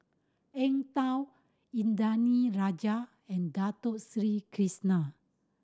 Eng Tow Indranee Rajah and Dato Sri Krishna